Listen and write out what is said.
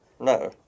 No